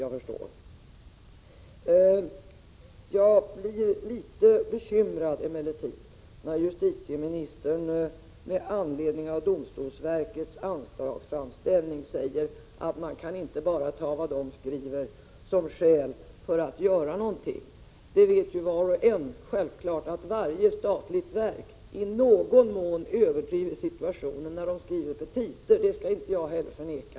Jag blir emellertid litet bekymrad när justitieministern med anledning av domstolsverkets anslagsframställning säger att man inte bara kan ta vad verket skriver som skäl för att göra någonting. Självfallet vet var och en att varje statligt verk i någon mån överdriver situationen när det skriver petitor. Detta skall jag inte heller förneka.